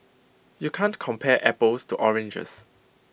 you can't compare apples to oranges